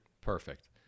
perfect